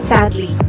Sadly